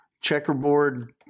checkerboard